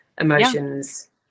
emotions